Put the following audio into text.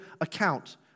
account